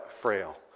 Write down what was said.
frail